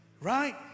right